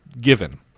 given